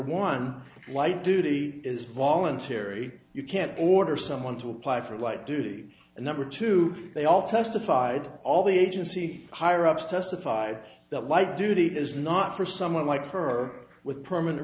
one light duty is voluntary you can't order someone to apply for light duty and number two they all testified all the agency higher ups testified that light duty is not for someone like her with permanent